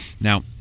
Now